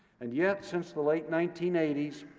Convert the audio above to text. and yet, since the late nineteen eighty s,